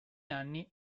anni